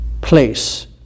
place